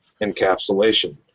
encapsulation